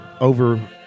over